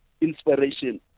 inspiration